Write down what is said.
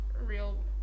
real